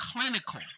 clinical